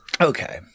Okay